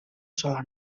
sola